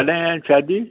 कॾहिं आहे शादी